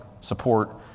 support